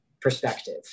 perspective